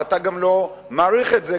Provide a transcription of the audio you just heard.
אבל אתה גם לא מעריך את זה,